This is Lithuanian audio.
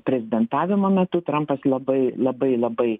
prezidentavimo metu trampas labai labai labai